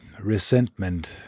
resentment